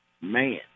man